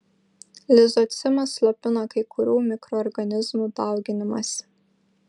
lizocimas slopina kai kurių mikroorganizmų dauginimąsi